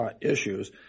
issues